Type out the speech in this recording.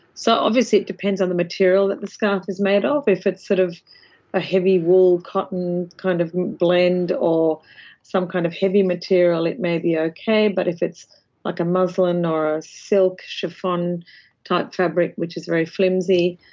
so, obviously it depends on the material that the scarf is made ah of. if it's sort of a heavy wool cotton kind of blend or some kind of heavy material it may be ah okay, but if it's like a muslin or a silk chiffon type fabric which is very flimsy,